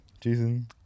Jason